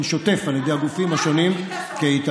שוטף על ידי הגופים השונים כהתעללות,